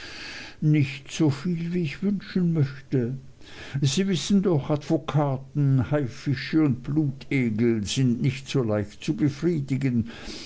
nicht soviel wie ich wünschen möchte sie wissen doch advokaten haifische und blutegel sind nicht so leicht zu befriedigen